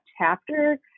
chapter